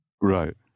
Right